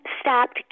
stopped